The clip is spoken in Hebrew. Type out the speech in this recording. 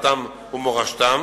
דתם ומורשתם,